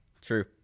True